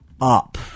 up